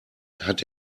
hat